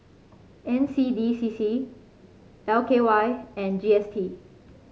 N C D C C L K Y and G S T